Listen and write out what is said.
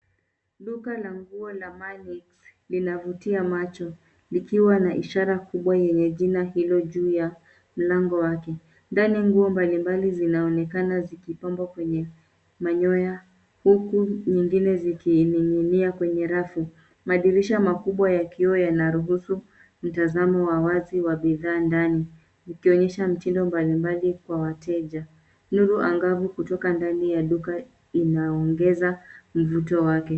Duka la nguo la manix linavutia macho likiwa na ishara kubwa yenye jina hilo juu ya mlango wake, ndani nguo mbalimbali zinaonekana zikipambwa kwenye manyoya huku nyingine ziki ninginia kwenye rafu madirisha makubwa yakiwa yana ruhusu mtazamo wa wazi wa bidhaa ndani zikionyesha mtindo mbalimbali kwa wateja nuru anagavu kutoka ndani ya duka inaongeza mvuto wake.